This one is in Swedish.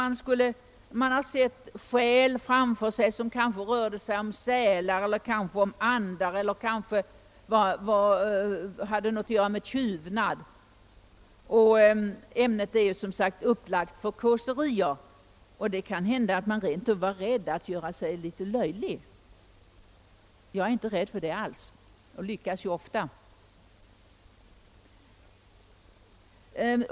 Man har kanske sett framför sig ordet »själ« som kunde röra sig om sälar eller andar eller ha något att göra med tjuvnad. Ämnet är som sagt som upplagt för kåserier, och man kanske rent av var rädd att göra sig litet löjlig. Det är jag inte rädd för, och jag lyckas ju ofta med det.